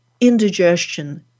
indigestion